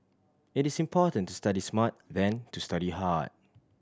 it is important to study smart than to study hard